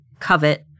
Covet